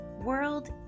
world